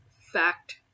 fact